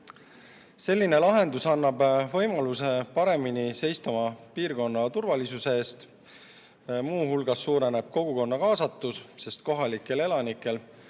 Selline lahendus annab võimaluse paremini seista oma piirkonna turvalisuse eest. Muu hulgas suureneb kogukonna kaasatus, sest kohalikel elanikel